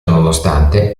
nonostante